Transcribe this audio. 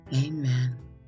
Amen